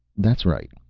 that's right.